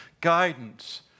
guidance